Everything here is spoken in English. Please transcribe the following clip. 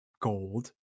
gold